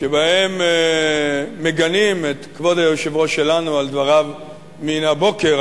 שבהם מגנים את כבוד היושב-ראש שלנו על דבריו מן הבוקר,